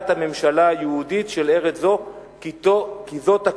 הממשלה היהודית של ארץ זו כי תקום".